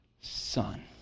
son